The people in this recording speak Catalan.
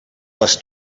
les